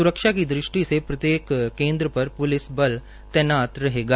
सुरक्षा की दृष्टि से प्रत्येक केन्द्र पर पुलिस बल तैनात रहेगा